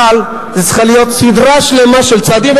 אבל זו צריכה להיות סדרה שלמה של צעדים,